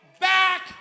back